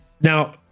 Now